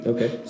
Okay